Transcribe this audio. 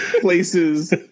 places